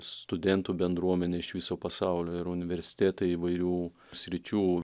studentų bendruomenė iš viso pasaulio ir universitetai įvairių sričių